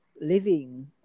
living